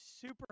super